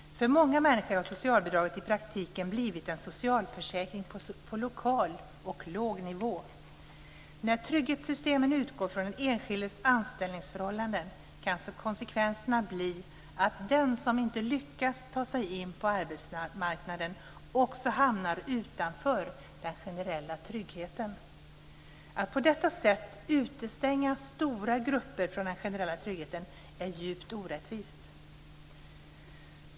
För många människor har socialbidraget i praktiken blivit en socialförsäkring på lokal och låg nivå. När trygghetssystemen utgår från den enskildes anställningsförhållanden kan konsekvenserna bli att den som inte lyckats ta sig in på arbetsmarknaden också hamnar utanför den generella tryggheten. Att på detta sätt utestänga stora grupper från den generella tryggheten är djupt orättvist.